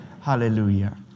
Hallelujah